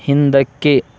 ಹಿಂದಕ್ಕೆ